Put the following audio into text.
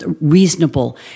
reasonable